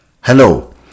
Hello